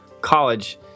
college